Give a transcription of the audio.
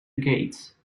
gates